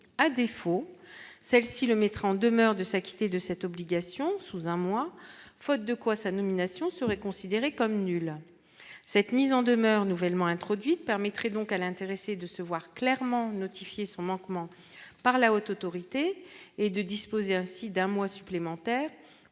à défaut, celle-ci, le mettre en demeure de s'acquitter de cette obligation sous un mois, faute de quoi sa nomination serait considéré comme nul, cette mise en demeure nouvellement introduite permettrait donc à l'intéressé de se voir clairement notifié son manquement par la Haute autorité et de disposer ainsi d'un mois supplémentaire